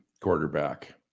quarterback